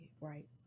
Right